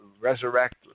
resurrect